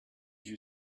you